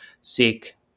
seek